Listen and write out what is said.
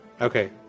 Okay